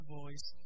voice